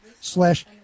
slash